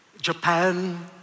Japan